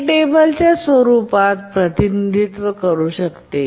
हे टेबलच्या स्वरुपात प्रतिनिधित्व करू शकते